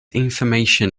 information